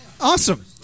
Awesome